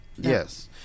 Yes